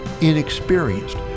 inexperienced